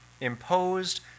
imposed